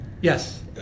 Yes